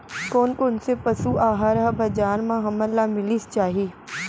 कोन कोन से पसु आहार ह बजार म हमन ल मिलिस जाही?